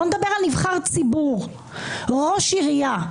בואו נדבר על נבחר ציבור, ראש עירייה.